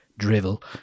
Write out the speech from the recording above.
drivel